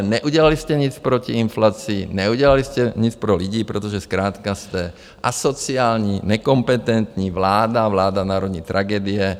Neudělali jste nic proti inflaci, neudělali jste nic pro lidi, protože zkrátka jste asociální, nekompetentní vláda, vláda národní tragédie.